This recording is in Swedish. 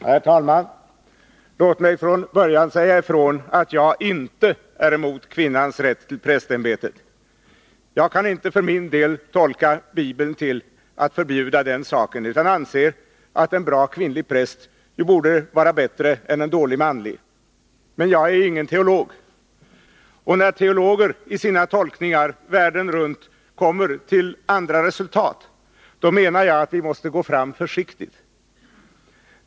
Herr talman! Låt mig från början säga ifrån att jag inte är emot kvinnans rätt till prästämbetet. Jag kan för min del inte tolka Bibeln till att förbjuda kvinnliga präster, utan anser att en bra kvinnlig präst borde vara bättre än en dålig manlig. Men jag är ingen teolog. Och när teologer världen runt i sina tolkningar kommer till andra resultat, menar jag att vi måste gå försiktigt fram.